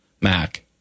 Mac